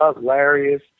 hilarious